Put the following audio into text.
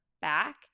back